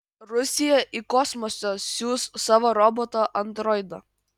rusija į kosmosą siųs savo robotą androidą